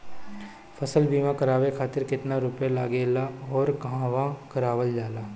फसल बीमा करावे खातिर केतना रुपया लागेला अउर कहवा करावल जाला?